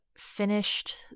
finished